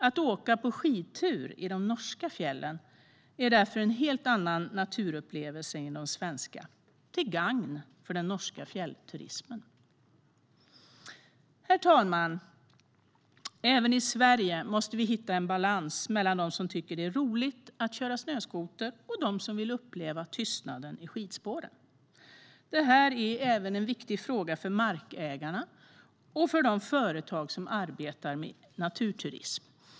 Att åka på skidtur i de norska fjällen är därför en helt annan naturupplevelse än i de svenska, till gagn för den norska fjällturismen. Herr ålderspresident! Även i Sverige måste vi hitta en balans mellan dem som tycker att det är roligt att köra snöskoter och dem som vill uppleva tystnaden i skidspåren. Detta är även en viktig fråga för markägarna och för de företag som arbetar med naturturism.